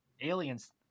aliens